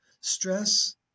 Stress